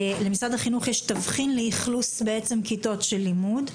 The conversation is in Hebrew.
ולמשרד החינוך יש תבחין לאכלוס כיתות לימוד.